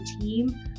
team